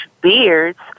beards